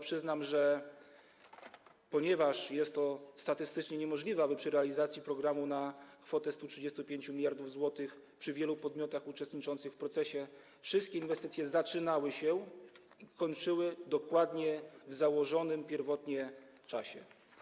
Przyznam jednak, że jest to statystycznie niemożliwe, aby przy realizacji programu na kwotę 135 mld zł, przy wielu podmiotach uczestniczących w procesie wszystkie inwestycje zaczynały się i kończyły dokładnie w założonym pierwotnie czasie.